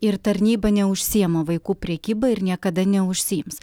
ir tarnyba neužsiima vaikų prekyba ir niekada neužsiims